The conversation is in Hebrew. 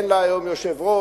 אין לה היום יושב-ראש,